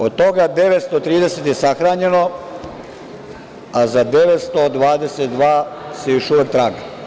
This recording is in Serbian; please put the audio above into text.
Od toga 930 je sahranjeno, a za 922 se još uvek traga.